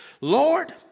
Lord